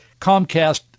Comcast